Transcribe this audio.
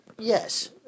Yes